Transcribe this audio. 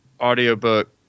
audiobook